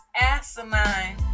asinine